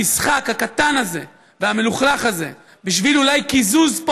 המשחק הקטן הזה והמלוכלך הזה בשביל אולי קיזוז פה